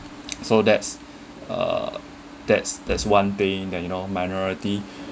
so that's uh that's that's one thing that you know minority